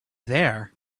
there